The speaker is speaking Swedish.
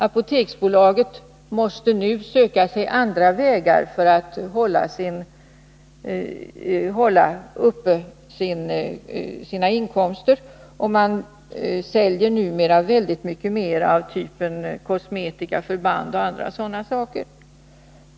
Apoteksbolaget måste nu söka andra vägar för att hålla uppe sina inkomster, man säljer numera väldigt mycket mer av typen kosmetika, förband och andra sådana saker.